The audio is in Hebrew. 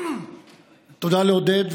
תודה לעודד,